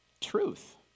truth